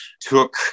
took